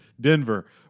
Denver